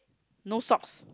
no socks